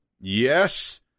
Yes